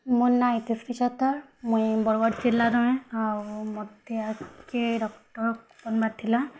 ମୋର୍ ନା ଇତିଶ୍ରୀ ଛତଲ୍ ମୁଇଁ ବରଗଡ଼୍ ଜିଲ୍ଲାର ଆଉ ମୋତେ ଥିଲା